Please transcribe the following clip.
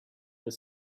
were